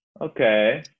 Okay